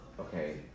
Okay